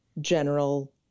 general